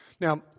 Now